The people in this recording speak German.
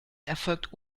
erfolgt